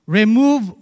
remove